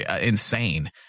insane